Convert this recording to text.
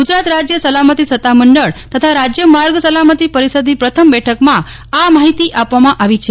ગુજરાત રાજય સલામતી સત્તામંડળ તથા રાજય માર્ગ સલામતી પરિષદની પ્રથમ બેઠકમાં આ માહિતી આપવામાં આવી છે